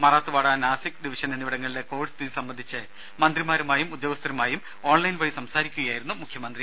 മറാത്ത് വാഡ Nashik division എന്നിവിടങ്ങളിലെ Covid സ്ഥിതി സംബന്ധിച്ച് മന്ത്രിമാരുമായും ഉദ്യോഗസ്ഥരുമായും ഓൺലൈൻ വഴി സംസാരിക്കുകയായിരുന്നു മുഖ്യമന്ത്രി